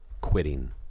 quitting